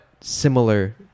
similar